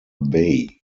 bay